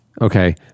okay